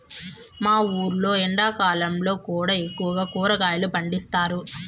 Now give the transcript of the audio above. మా ఊర్లో ఎండాకాలంలో కూడా ఎక్కువగా కూరగాయలు పండిస్తారు